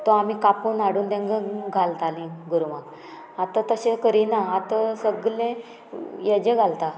तो आमी कापून हाडून तांकां घालतालीं गोरवांक आतां तशें करिना आतां सगलें हेजें घालता